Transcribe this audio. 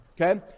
okay